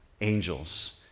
angels